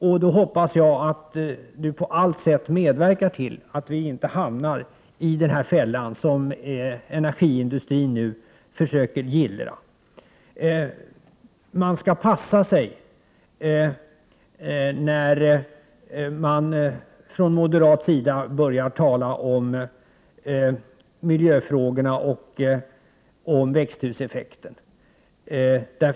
Därför hoppas jag att hon på varje sätt medverkar till att vi inte hamnar i den fälla som energiindustrin nu försöker gillra. Moderaterna skall passa sig när det gäller miljöfrågorna och växthuseffekten.